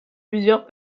plusieurs